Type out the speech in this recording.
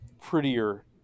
prettier